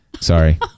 Sorry